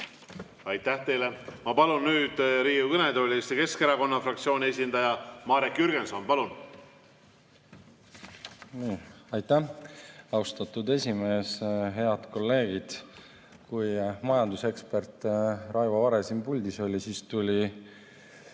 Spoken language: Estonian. Aitäh teile! Ma palun nüüd Riigikogu kõnetooli Eesti Keskerakonna fraktsiooni esindaja Marek Jürgensoni. Austatud esimees! Head kolleegid! Kui majandusekspert Raivo Vare siin puldis oli, siis tuli